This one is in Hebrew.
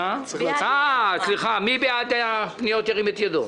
מי בעד הפניות בנושא